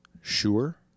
sure